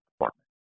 Department